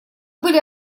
были